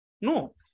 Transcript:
no